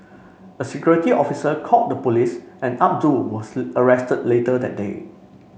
a security officer called the police and Abdul was arrested later that day